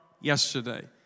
yesterday